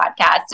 podcast